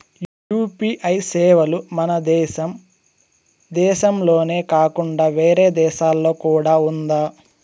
UPI సేవలు మన దేశం దేశంలోనే కాకుండా వేరే దేశాల్లో కూడా ఉందా?